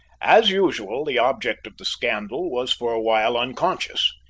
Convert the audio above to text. as usual, the object of the scandal was for a while unconscious.